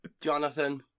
Jonathan